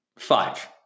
Five